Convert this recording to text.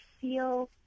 feel